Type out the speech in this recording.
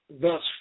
thus